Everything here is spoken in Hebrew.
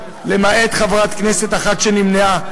למעט חברת כנסת אחת שנמנעה,